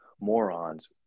morons